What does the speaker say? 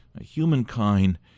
Humankind